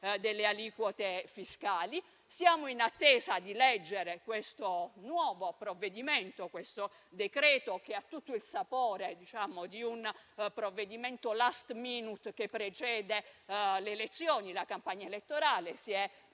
delle aliquote fiscali. Siamo in attesa di leggere il nuovo testo che ha tutto il sapore di un provvedimento *last minute* che precede le elezioni, la campagna elettorale. Sui